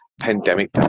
pandemic